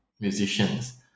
musicians